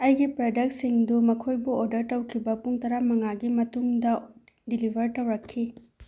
ꯑꯩꯒꯤ ꯄ꯭ꯔꯗꯛꯁꯤꯡꯗꯨ ꯃꯈꯣꯏꯕꯨ ꯑꯣꯔꯗꯔ ꯇꯧꯈꯤꯕ ꯄꯨꯡ ꯇꯔꯥꯃꯉꯥꯒꯤ ꯃꯇꯨꯡꯗ ꯗꯤꯂꯤꯕꯔ ꯇꯧꯔꯛꯈꯤ